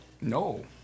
No